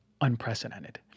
unprecedented